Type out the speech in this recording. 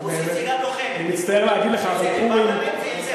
אופוזיציה, גם לוחמת, אם זה בפרלמנט ואם זה ברחוב.